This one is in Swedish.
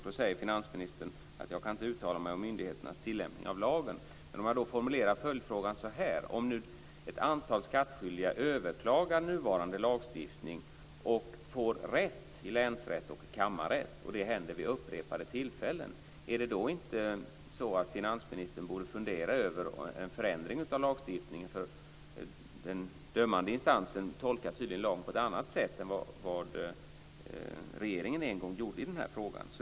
Då säger finansministern att han inte kan uttala sig om myndigheternas tillämpning av lagen. Jag får då formulera följdfrågan så här: Om nu ett antal skattskyldiga överklagar nuvarande lagstiftning och får rätt i länsrätt och kammarrätt och det händer vid upprepade tillfällen, borde inte finansministern då fundera över en förändring av lagstiftningen, för den dömande instansen tolkar tydligen lagen på ett annat sätt än vad regeringen en gång gjorde i den här frågan?